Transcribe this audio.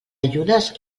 llunes